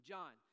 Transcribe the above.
John